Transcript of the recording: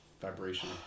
vibration